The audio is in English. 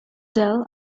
dull